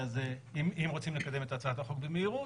אם רוצים לקדם את הצעת החוק במהירות,